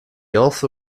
also